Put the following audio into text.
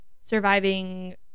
surviving